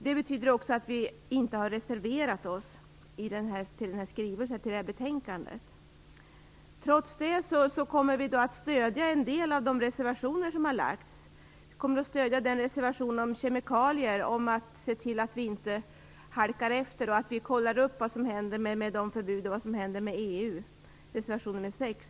Det betyder också att vi inte har reserverat oss mot skrivelsen i betänkandet. Trots det kommer vi att stödja en del av de reservationer som har avgetts. Vi kommer att stödja reservationen om kemikalier, reservation nr 6. Den handlar om att vi skall se till att vi inte halkar efter, att vi skall kolla upp vad som händer med förbud och vad som händer med EU.